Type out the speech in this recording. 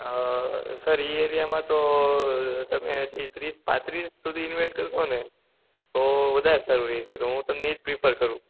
હા સર એ એરિયામાં તો તમે હજી ત્રીસ પાંત્રીસ સુધી ઇન્વેસ્ટ કરશોને તો વધારે સારું રેહશે તો હું તમને એજ પ્રીફર કરું